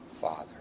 Father